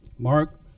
Mark